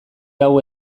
hau